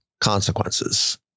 consequences